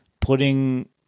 putting